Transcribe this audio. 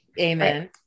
Amen